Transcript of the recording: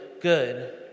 good